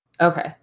Okay